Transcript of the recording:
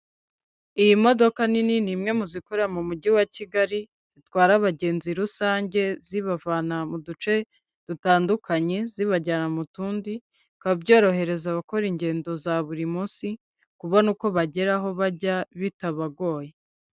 Iyi modoka nini ni imwe mu zikorera mu mujyi wa kigali zitwara abagenzi rusange zibavana mu duce dutandukanye zibajyana mu tundi, bikaba byorohereza abakora ingendo za buri munsi kubona uko bagera aho bajya bitabagoye.